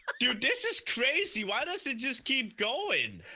dude, this is crazy. why does it just keep going?